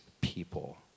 people